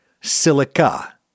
silica